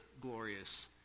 glorious